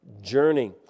journey